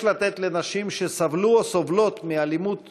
יש לתת לנשים שסבלו או סובלות מאלימות